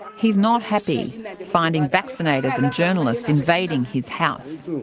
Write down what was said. he's not happy finding vaccinators and journalists invading his house.